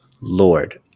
Lord